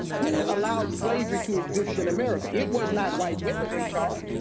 who allowed slavery to exist in america? it was not white women in charge.